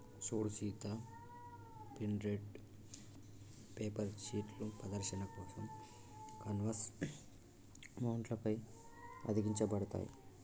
సూడు Sita printed paper షీట్లు ప్రదర్శన కోసం కాన్వాస్ మౌంట్ల పై అతికించబడతాయి